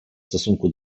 stosunku